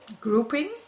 Grouping